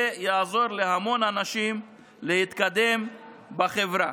זה יעזור להמון אנשים להתקדם בחברה.